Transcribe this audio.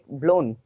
blown